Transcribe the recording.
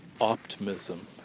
optimism